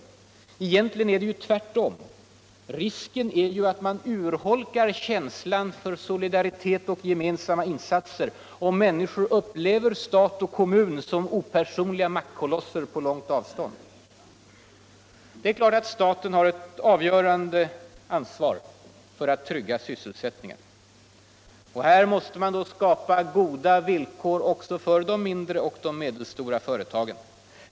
Men cgentligen är det ju tvärtom. Risken är ju att man urholkar känslan för solidaritet och gemensamma insatser och att människor upplever stat och kommun som opersonliga maktkolosser på långt avstånd. Självfallet har staten ett avgörande ansvar för utt trygga sysselsättningen. Och här måste man då skapa goda villkor också för de mindre och medelstora företagen.